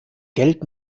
geld